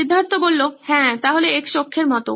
সিদ্ধার্থ হ্যাঁ তাহলে X অক্ষের মত